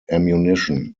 ammunition